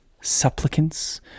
supplicants